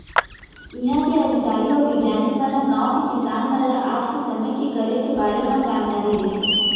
इहॉं के अधिकारी अउ बिग्यानिक मन ह गॉंव के किसान मन ल आज के समे के करे के बारे म जानकारी देथे